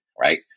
right